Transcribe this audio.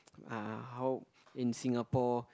uh how in Singapore